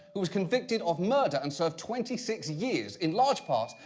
who was convicted of murder and served twenty six years. in large part,